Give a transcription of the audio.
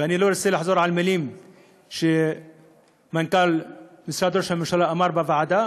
ואני לא רוצה לחזור על מילים שמנכ"ל משרד ראש הממשלה אמר בוועדה,